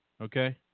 okay